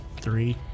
three